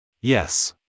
Yes